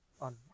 on